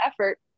effort